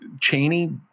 Cheney